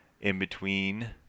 in-between